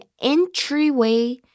entryway